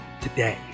today